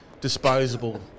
disposable